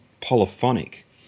polyphonic